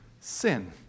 sin